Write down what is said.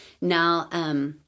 now